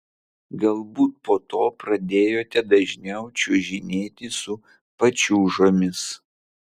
galbūt po to pradėjote dažniau čiuožinėti su pačiūžomis